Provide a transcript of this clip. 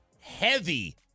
heavy